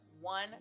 one